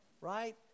right